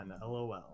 lol